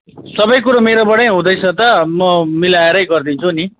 सबै कुरो मेरोबाटै हुँदैछ त म मिलाएरै गरिदिन्छु नि